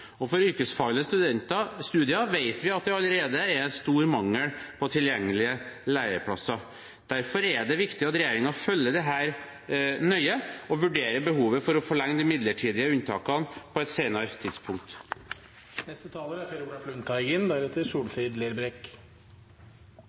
studier vet vi at det allerede er stor mangel på tilgjengelige læreplasser. Derfor er det viktig at regjeringen følger dette nøye og vurderer behovet for å forlenge de midlertidige unntakene på et senere